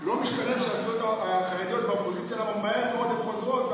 לא משתלם שהסיעות החרדיות באופוזיציה למה מהר מאוד הן חוזרות,